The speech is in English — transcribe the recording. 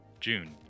June